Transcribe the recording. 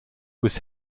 was